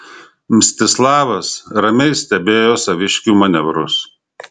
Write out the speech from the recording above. mstislavas ramiai stebėjo saviškių manevrus